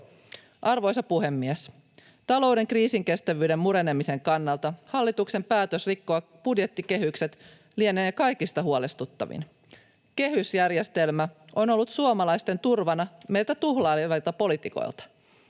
Arvoisa puhemies! Talouden kriisinkestävyyden murenemisen kannalta hallituksen päätös rikkoa budjettikehykset lienee kaikista huolestuttavin. Kehysjärjestelmä on ollut suomalaisten turvana meiltä tuhlailevilta poliitikoilta.